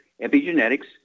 Epigenetics